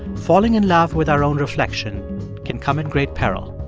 falling in love with our own reflection can come at great peril